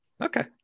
Okay